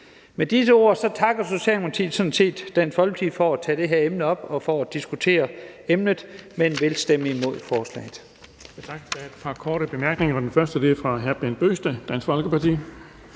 sådan set Dansk Folkeparti for at tage det her emne op og for at diskutere emnet, men vi vil stemme imod forslaget.